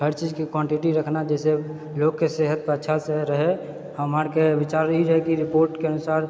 हर चीजके क्वांटिटी रखना जहिसँ लोगके सेहत पर अच्छा असर रहै हमरा आरके विचार ई रहैकि रिपोर्टके अनुसार